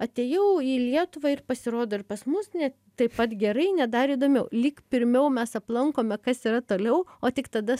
atėjau į lietuvą ir pasirodo ir pas mus ne taip pat gerai net dar įdomiau lyg pirmiau mes aplankome kas yra toliau o tik tada